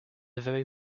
very